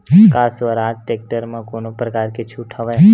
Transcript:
का स्वराज टेक्टर म कोनो प्रकार के छूट हवय?